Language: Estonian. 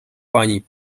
pani